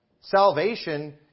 Salvation